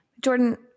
Jordan